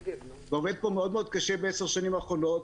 ועובד פה מאוד מאוד קשה בעשר השנים האחרונות,